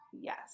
yes